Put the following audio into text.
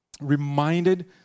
reminded